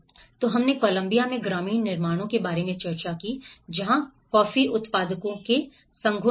इसलिए हमने कोलंबिया में ग्रामीण निर्माणों के बारे में चर्चा की जहां कॉफी उत्पादकों के संघों ने